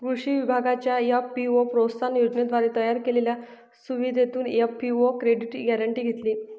कृषी विभागाच्या एफ.पी.ओ प्रोत्साहन योजनेद्वारे तयार केलेल्या सुविधेतून एफ.पी.ओ क्रेडिट गॅरेंटी घेतली